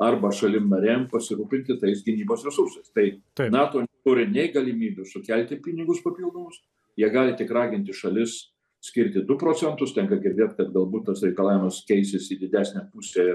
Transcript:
arba šalim narėm pasirūpinti tais gynybos resursais tai nato neturi nei galimybių sukelti pinigus papildomus jie gali tik raginti šalis skirti du procentus tenka girdėt kad galbūt tas reikalavimas keisis į didesnę pusę